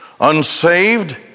unsaved